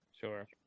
Sure